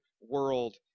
world